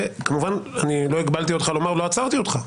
וכמובן אני לא הגבלתי אותך לומר ולא עצרתי אותך,